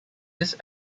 this